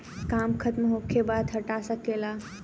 काम खतम होखे बाद हटा सके ला